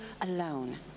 alone